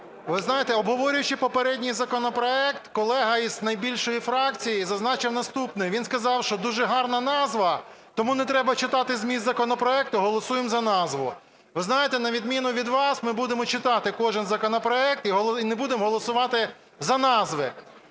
ви знаєте, обговорюючи попередній законопроект, колега із найбільшої фракції зазначив наступне. Він сказав, що дуже гарна назва, тому не треба читати зміст законопроекту, а голосуємо за назву. Ви знаєте, на відміну від вас ми будемо читати кожен законопроект і не будемо голосувати за назви.